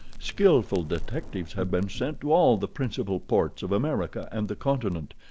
skilful detectives have been sent to all the principal ports of america and the continent,